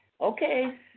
Okay